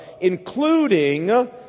including